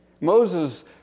Moses